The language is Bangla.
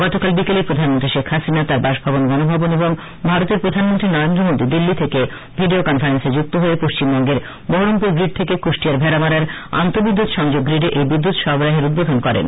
গতকাল বিকেলে প্রধানমন্ত্রী শেখ হাসিনা তাঁর বাসভবন গণভবন এবং ভারতের প্রধানমন্ত্রী নরেন্দ্র মোদি দিল্লী থেকে ভিডিও কনফারেন্সে যুক্ত হয়ে পশ্চিমবঙ্গের বহরমপুর গ্রিড থেকে কুষ্টিয়ার ভেড়ামারার আন্তঃবিদ্যুৎ সংযোগ গ্রিডে এ বিদ্যুৎ সরবরাহের উদ্বোধন করেন